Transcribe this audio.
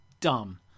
Dumb